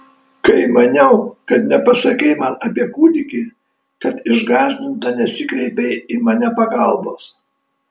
kai maniau kad nepasakei man apie kūdikį kad išgąsdinta nesikreipei į mane pagalbos